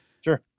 Sure